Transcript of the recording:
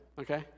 okay